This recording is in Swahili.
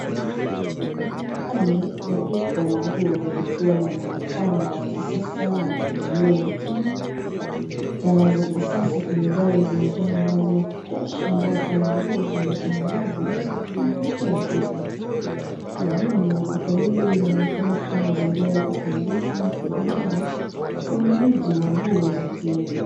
Ni ndani ya duka la nguo likiwa na mwonekano wa kisasa na mpangilio makini. Taa za kisasa kwenye dari zinatoa mwangaza wa kutosha unaofanya nguo zionekana wazi na kuvutia wateja. Kwa jumla duka hili linaonekana kutoa mazingira ya kupendeza na kifahari kwa ununuzi wa nguo za kiume.